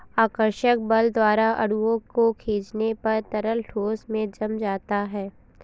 आकर्षक बल द्वारा अणुओं को खीचने पर तरल ठोस में जम जाता है